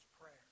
prayer